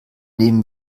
nehmen